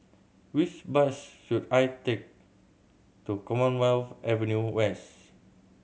which bus should I take to Commonwealth Avenue West